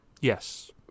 Yes